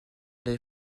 les